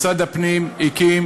משרד הפנים הקים